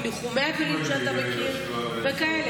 ניחום אבלים שאתה מכיר וכאלה.